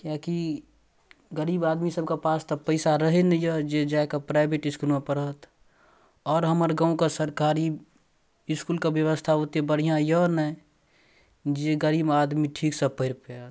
किएक कि गरीब आदमी सबके पास तऽ पास पैसा रहै नहि यऽ जे जाकऽ प्राइवेट इसकुलमे पढ़त आओर हमर गाँवके सरकारी इसकुलके व्यवस्था ओते बढ़िआँ यऽ नहि जे गरीब आदमी ठीकसँ पढ़ि पाएत